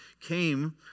came